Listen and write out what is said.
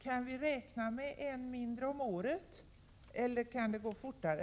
Kan vi räkna med en sträcka mindre om året, eller kan det gå fortare?